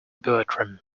bertram